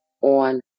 on